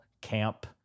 camp